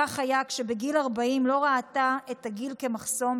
כך היה כשבגיל 40 לא ראתה את הגיל כמחסום,